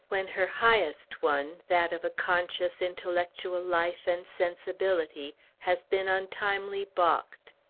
when her highest one that of a conscious intellectual life and sensibility has been untimely balked!